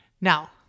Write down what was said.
Now